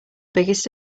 biggest